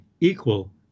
equal